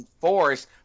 force